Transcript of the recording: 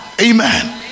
amen